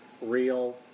real